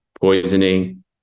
poisoning